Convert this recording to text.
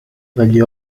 dagli